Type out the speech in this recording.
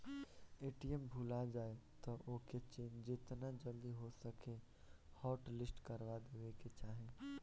ATM भूला जाए तअ ओके जेतना जल्दी हो सके हॉटलिस्ट करवा देवे के चाही